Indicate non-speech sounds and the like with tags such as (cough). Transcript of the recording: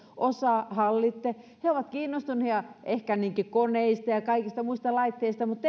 osaa hallitse he ovat kiinnostuneet ehkä koneista ja ja kaikista muista laitteista mutta (unintelligible)